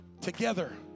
together